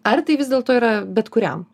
ar tai vis dėlto yra bet kuriam